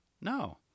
no